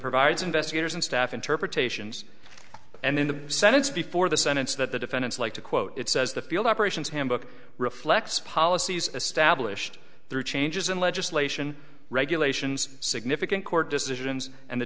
provides investigators and staff interpretations and in the sentence before the sentence that the defendants like to quote it says the field operations handbook reflects policies established through changes in legislation regulations significant court decisions and the